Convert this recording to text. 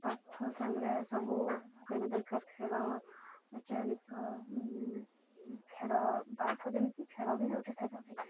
ପାଠ ସାଙ୍ଗରେ ସବୁ କରିବା ଦରକାର ଖେଳ ନାଚ ଗୀତ ଖେଳ ପାଠ ଯେମିତି ଖେଳ ବି ଗୋଟେ ସେମିତି